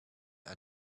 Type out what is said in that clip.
are